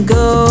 go